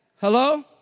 Hello